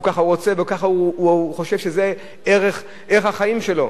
הוא ככה רוצה והוא חושב שזה ערך החיים שלו,